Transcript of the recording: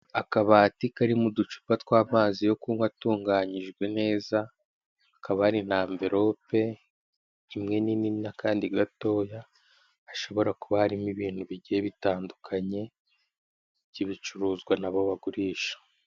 Akabati karimo uducupa tw'amazi yo kunywa atunganyijwe neza, hakaba hari na amverope imwe nini n'akandi gatoya hashobora kuba harimo ibintu bigiye bitandukanye by'bicuruzwa na bo bagurisha.